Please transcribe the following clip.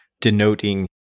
denoting